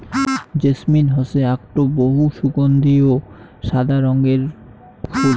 jasmine হসে আকটো বহু সগন্ধিও সাদা রঙের ফুল